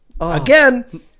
Again